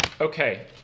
Okay